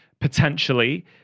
potentially